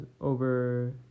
over